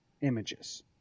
Images